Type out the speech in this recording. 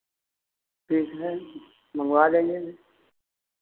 ठीक है मँगवा लेंगे